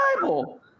Bible